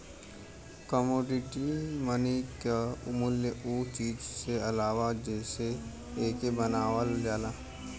commodity money क मूल्य उ चीज से आवला जेसे एके बनावल जाला